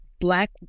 Black